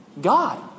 God